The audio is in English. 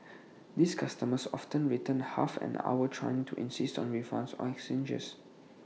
these customers often return after half an hour trying to insist on refunds or exchanges